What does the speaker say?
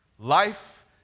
Life